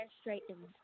straightened